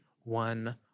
one